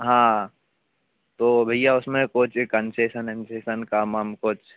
हाँ तो भैया उसमें कुछ कंसेशन अन्सेशन का काम आम कुछ